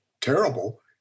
terrible